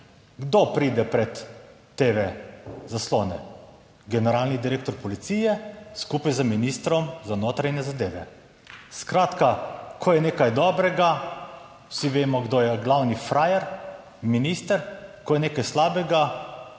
kdo pride pred TV zaslone? Generalni direktor policije skupaj z ministrom za notranje zadeve. Skratka, ko je nekaj dobrega, vsi vemo, kdo je glavni frajer, minister, ko je nekaj slabega